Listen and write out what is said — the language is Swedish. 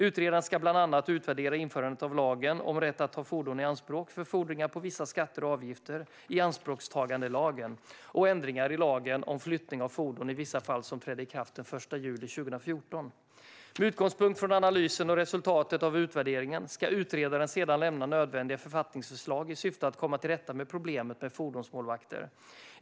Utredaren ska bland annat utvärdera införandet av lagen om rätt att ta fordon i anspråk för fordringar på vissa skatter och avgifter, ianspråktagandelagen, och ändringarna i lagen om flyttning av fordon i vissa fall, som trädde i kraft den 1 juli 2014. Med utgångspunkt från analysen och resultatet av utvärderingen ska utredaren sedan lämna nödvändiga författningsförslag i syfte att komma till rätta med problemet med fordonsmålvakter.